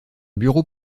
bureau